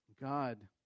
God